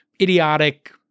idiotic